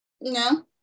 No